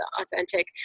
authentic